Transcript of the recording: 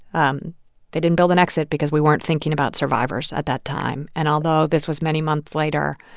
um they didn't build an exit because we weren't thinking about survivors at that time. and although this was many months later,